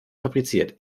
fabriziert